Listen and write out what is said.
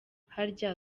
harya